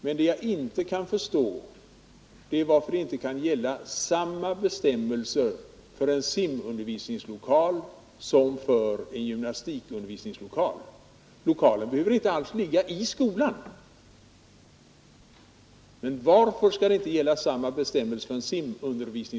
Men det jag inte kan förstå är varför det i fråga om statsbidrag inte skall gälla samma bestämmelser för en simundervisningslokal som för en gymnastikundervisningslokal — lokalen behöver inte alls ligga i skolan.